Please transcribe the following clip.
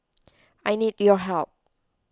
I need your help